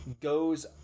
goes